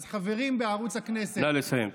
אז חברים בערוץ הכנסת, נא לסיים.